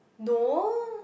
no